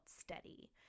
steady